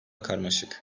karmaşık